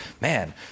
man